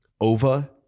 over